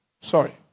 Sorry